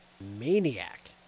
maniac